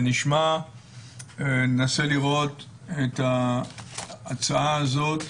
שנראה את ההצעה הזאת,